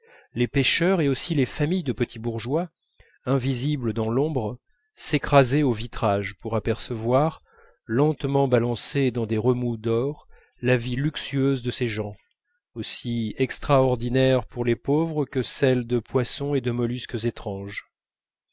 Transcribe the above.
les pêcheurs et aussi les familles de petits bourgeois invisibles dans l'ombre s'écrasaient au vitrage pour apercevoir lentement balancée dans des remous d'or la vie luxueuse de ces gens aussi extraordinaire pour les pauvres que celle de poissons et de mollusques étranges